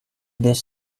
this